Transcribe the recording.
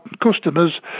customers